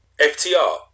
FTR